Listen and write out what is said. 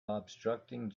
obstructing